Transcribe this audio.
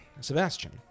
Sebastian